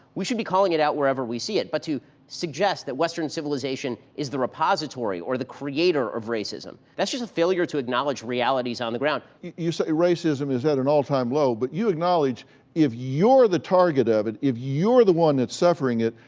we should be calling it out wherever we see it, but to suggest that western civilization is the repository or the creator of racism, that's just a failure to acknowledge realities on the ground. you say racism is at an all-time low, but you acknowledge if you're the target of it, if you're the one that's suffering it,